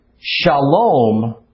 shalom